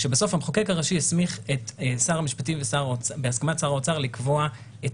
שבסוף המחוקק הראשי הסמיך את שר המשפטים בהסכמת שר האוצר לקבוע את